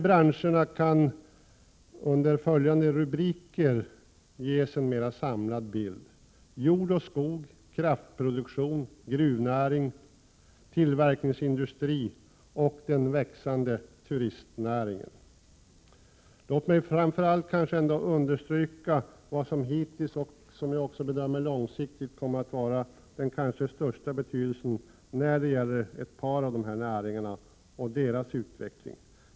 Branscherna kan under följande rubriker ges en mera samlad bild: Jord och skog, Kraftproduktion, Gruvnäring, tillverkningsindustri och Den växande turistnäringen. Låt mig framför allt understryka vad som hittills haft och lång tid framöver kommer att ha den största betydelse för ett par av näringarna och deras utveckling.